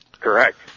correct